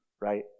right